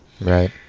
right